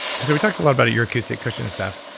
because we talked a lot about your acoustic cushion stuff.